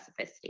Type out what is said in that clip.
specificity